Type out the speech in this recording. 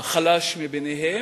החלש מביניהם,